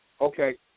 Okay